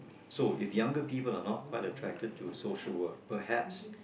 so if younger people are not quite attracted to social work perhaps